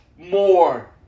more